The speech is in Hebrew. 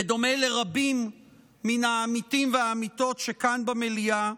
בדומה לרבים מן העמיתים והעמיתות שכאן במליאה,